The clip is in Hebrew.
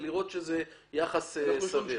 לראות שזה יחס סביר.